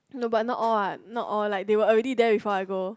no but not all what not all like they were already there before I go